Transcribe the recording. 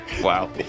Wow